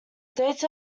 dates